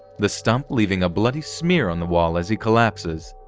the stump leaving a bloody smear on the wall as he collapses.